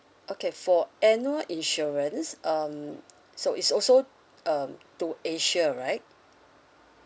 okay for annual insurance um so it's also um to asia right